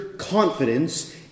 confidence